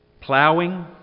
plowing